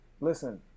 listen